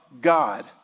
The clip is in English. God